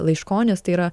laiškonis tai yra